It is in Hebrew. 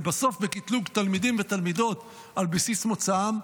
ובסוף בקטלוג תלמידים ותלמידות על בסיס מוצאם,